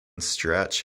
stretch